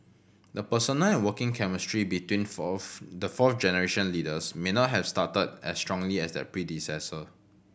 the personal and working chemistry between fourth the fourth generation leaders may not have started as strongly their predecessor